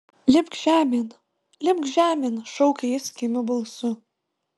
lipk žemėn lipk žemėn šaukė jis kimiu balsu